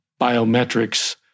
biometrics